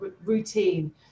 Routine